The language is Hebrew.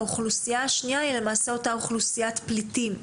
האוכלוסייה היא אותה אוכלוסיית פליטים.